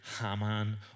Haman